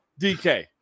DK